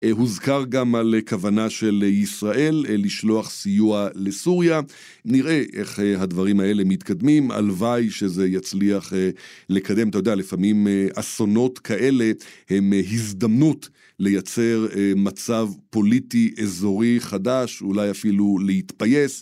הוזכר גם על כוונה של ישראל לשלוח סיוע לסוריה, נראה איך הדברים האלה מתקדמים, הלוואי שזה יצליח לקדם, אתה יודע, לפעמים אסונות כאלה הם הזדמנות לייצר מצב פוליטי-אזורי חדש, אולי אפילו להתפייס.